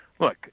Look